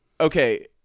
Okay